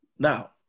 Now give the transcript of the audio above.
Now